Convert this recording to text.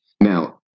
Now